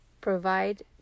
provide